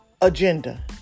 agenda